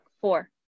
Four